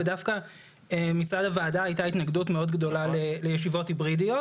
ודווקא מצד הוועדה הייתה התנגדות מאוד גדולה לישיבות היברידיות.